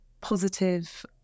positive